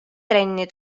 trenni